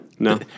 No